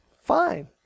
fine